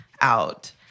out